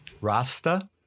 Rasta